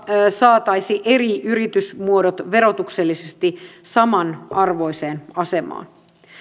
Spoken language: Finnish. saataisiin eri yritysmuodot verotuksellisesti samanarvoiseen asemaan